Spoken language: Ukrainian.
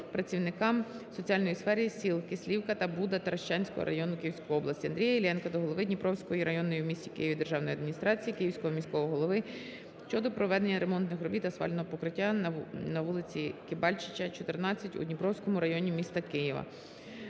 працівникам соціальної сфери сіл Кислівка та Буда Таращанського району Київської області. Андрія Іллєнка до голови Дніпровської районної в місті Києві державної адміністрації, Київського міського голови щодо проведення ремонтних робіт асфальтного покриття на вулиці Кибальчича, 14 у Дніпровському районі міста Києва.